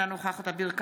אינה נוכחת אביר קארה,